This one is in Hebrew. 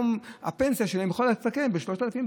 הפנסיה שלהם היום יכולה להסתכם ב-3,000,